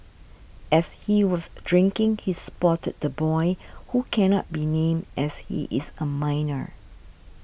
as he was drinking he spotted the boy who cannot be named as he is a minor